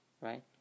right